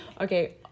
Okay